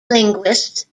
linguists